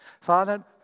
Father